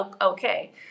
okay